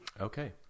Okay